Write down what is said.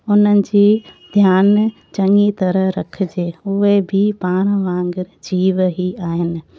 उन्हनि जी ध्यानु चङी तरह रखिजे उहे बि पाण वागुंरु जीव ई आहिनि